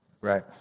Right